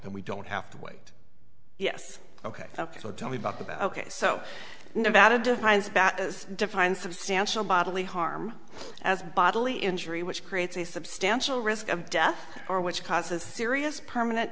and we don't have to wait yes ok ok so tell me back about ok so about a defines bat is defined substantial bodily harm as bodily injury which creates a substantial risk of death or which causes serious permanent